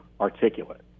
articulate